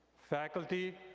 faculty,